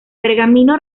pergamino